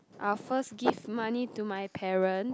I'll first give my money to my parents